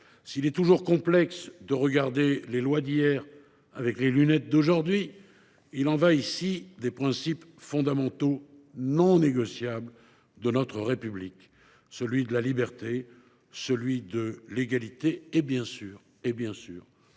S’il est toujours complexe de regarder les lois d’hier avec les lunettes d’aujourd’hui, il y va, ici, des principes fondamentaux, non négociables, de notre République, ceux de la liberté, de l’égalité et, bien évidemment,